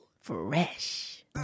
Fresh